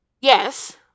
yes